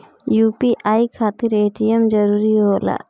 UPI खातिर ATM जरूरी होला?